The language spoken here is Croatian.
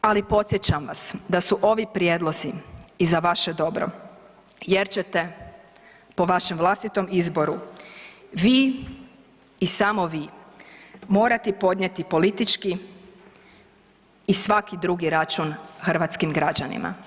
Ali podsjećam vas da su ovi prijedlozi i za vaše dobro, jer ćete po vašem vlastitom izboru vi i samo vi morati podnijeti politički i svaki drugi račun hrvatskim građanima.